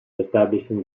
establishing